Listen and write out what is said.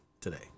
today